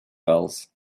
gulls